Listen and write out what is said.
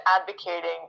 advocating